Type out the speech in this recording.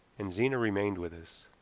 and zena remained with us.